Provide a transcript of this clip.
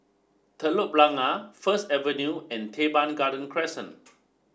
Telok Blangah First Avenue and Teban Garden Crescent